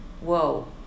whoa